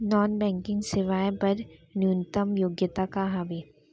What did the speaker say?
Non banking सेवाएं बर न्यूनतम योग्यता का हावे?